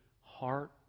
heart